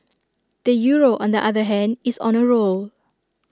the euro on the other hand is on A roll